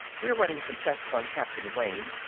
we're running some tests on captain wayne.